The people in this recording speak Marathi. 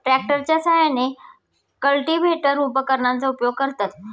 ट्रॅक्टरच्या साहाय्याने कल्टिव्हेटर उपकरणाचा उपयोग करतात